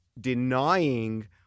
denying